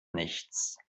nichts